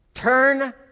Turn